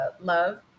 love